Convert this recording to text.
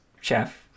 Chef